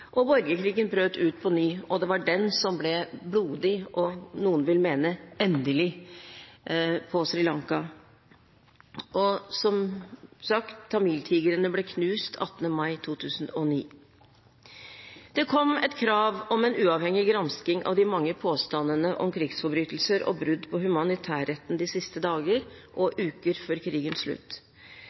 og borgerkrigen brøt ut på ny. Og det var den som ble blodig, og noen vil mene endelig – på Sri Lanka. Som sagt, tamiltigrene ble knust 18. mai 2009. Det kom krav om en uavhengig gransking av de mange påstandene om krigsforbrytelser og brudd på humanitærretten de siste dager og uker før krigens slutt.